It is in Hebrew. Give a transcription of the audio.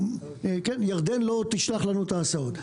ירדן לא תשלח לנו את ההסעות.